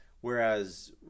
Whereas